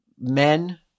men